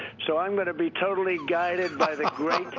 so i'm going to be totally guided by the great,